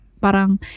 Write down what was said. parang